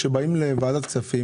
כשבאים לוועדת כספים,